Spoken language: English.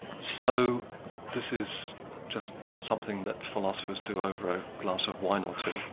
so this is just something that philosophers do over a glass of wine or two,